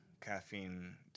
caffeine